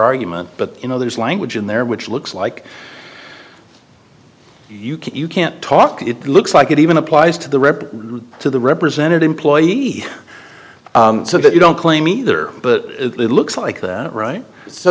argument but you know there's language in there which looks like you can't talk it looks like it even applies to the rep to the represented employee so that you don't claim either but it looks like the right so